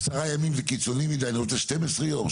עשרה ימים זה קיצוני מידי ,אני צריך 12 ימים,